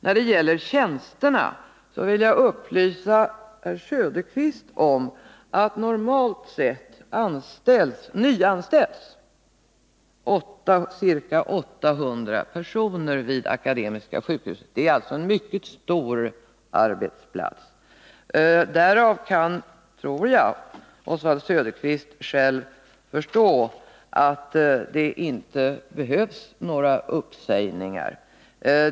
När det gäller tjänsterna vill jag upplysa herr Söderqvist om att normalt sett nyanställs ca 800 personer vid Akademiska sjukhuset per år. Det är alltså en mycket stor arbetsplats. Därav kan, tror jag, Oswald Söderqvist själv förstå att det inte behövs några uppsägningar.